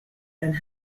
and